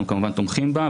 אנחנו כמובן תומכים בה.